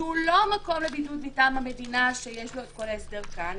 שהוא לא מקום לבידוד מטעם המדינה שיש לו כל ההסדר כאן,